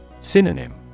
Synonym